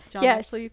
yes